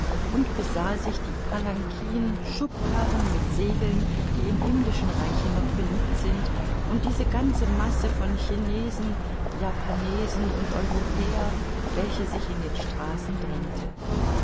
und besah sich die palankin schubkarren mit segeln die im himmlischen reiche noch beliebt sind und diese ganze masse von chinesen japanesen und europäer welche sich in den straßen drängte